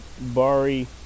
Bari